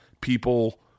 people